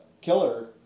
killer